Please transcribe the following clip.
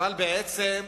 אבל, בעצם,